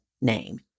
name